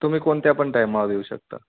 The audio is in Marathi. तुम्ही कोणत्या पण टायमावर येऊ शकता